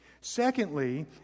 Secondly